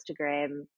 Instagram